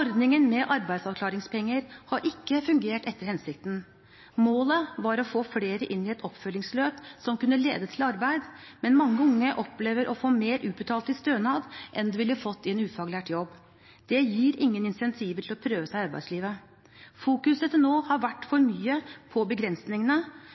Ordningen med arbeidsavklaringspenger har ikke fungert etter hensikten. Målet var å få flere inn i et oppfølgingsløp som kunne lede til arbeid, men mange unge opplever å få mer utbetalt i stønad enn de ville fått i en ufaglært jobb. Det gir ingen incentiver til å prøve seg i arbeidslivet. Til nå har det vært fokusert for mye på begrensningene,